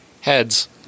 Heads